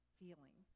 feeling